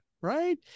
right